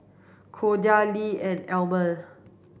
Cordia Lyle and Almond